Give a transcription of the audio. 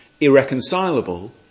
irreconcilable